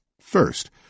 First